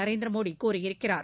நரேந்திர மோடி கூறியிருக்கிறார்